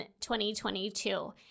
2022